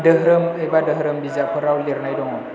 धोरोम एबा धोरोम बिजाबफोराव लिरनाय दङ